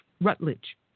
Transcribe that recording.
Rutledge